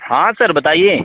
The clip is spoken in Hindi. हाँ सर बताइए